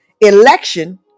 election